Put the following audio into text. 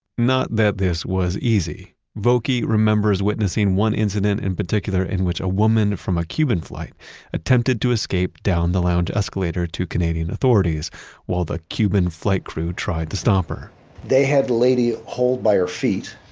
not that this was easy. volkey remembers witnessing one incident in particular in which a woman from a cuban flight attempted to escape down the lounge escalator to canadian authorities while the cuban flight crew tried to stop her they had the lady hold by her feet.